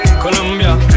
Colombia